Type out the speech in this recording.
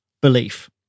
belief